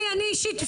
אני אישית,